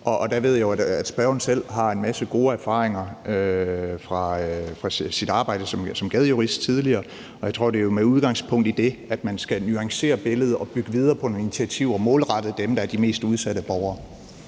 Og der ved jeg jo, at spørgeren selv har en masse gode erfaringer fra sit arbejde hos Gadejuristen tidligere, og jeg tror, at det er med udgangspunkt i det, at man skal nuancere billedet og bygge videre på nogle initiativer, der er målrettet dem, der er de mest udsatte borgere.